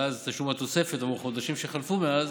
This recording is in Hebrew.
ואז תשלום התוספת עבור החודשים שחלפו מאז,